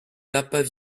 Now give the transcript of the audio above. lapins